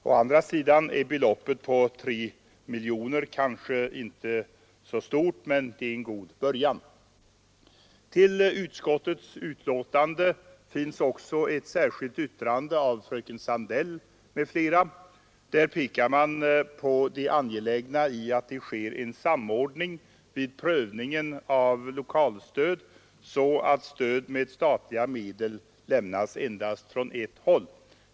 Å andra sidan är beloppet på 3 miljoner kronor kanske inte så stort, men det är en god början. Till utskottets betänkande finns också ett särskilt yttrande nr 2 fogat av fröken Sandell m.fl. Där pekar man på det angelägna i att det sker en samordning vid prövningen av lokalstöd så att stöd med statliga medel lämnas endast från ett håll.